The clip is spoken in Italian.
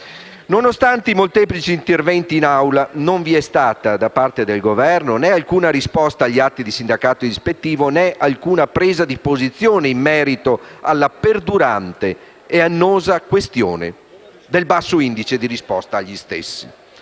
«Nonostante i molteplici interventi, in Aula non vi è stata, da parte del Governo, né alcuna risposta agli atti di sindacato ispettivo né alcuna presa di posizione in merito alla perdurante e annosa questione del basso indice di risposta agli stessi;